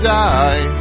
die